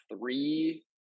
three